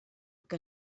que